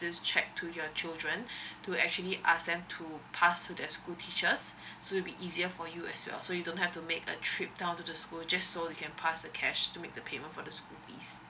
this check to your children to actually ask them to pass to the school teachers so it'll be easier for you as well so you don't have to make a trip down to the school just so you can pass the cash to make the payment for the school fees